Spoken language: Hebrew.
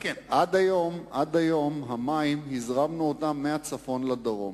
עד היום המים, הזרמנו אותם מהצפון לדרום.